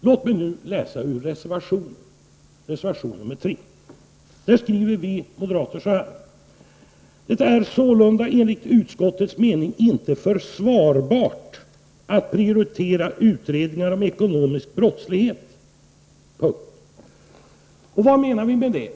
Låt mig läsa ur reservation 3. Där skriver vi moderater att det är ''sålunda enligt utskottets mening inte försvarbart att prioritera utredningar om ekonomisk brottslighet''. Vad menar vi med det?